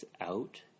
out